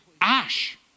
ash